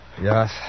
Yes